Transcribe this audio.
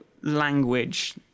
language